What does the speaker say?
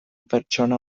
pertsona